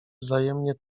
wzajemnie